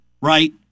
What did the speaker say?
right